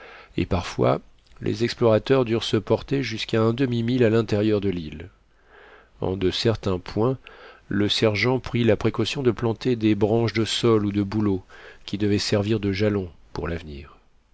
et parfois les explorateurs durent se porter jusqu'à un demi-mille à l'intérieur de l'île en de certains points le sergent prit la précaution de planter des branches de saule ou de bouleau qui devaient servir de jalons pour l'avenir